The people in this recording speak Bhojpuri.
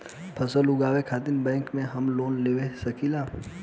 फसल उगावे खतिर का बैंक से हम लोन ले सकीला?